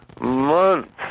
months